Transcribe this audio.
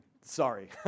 sorry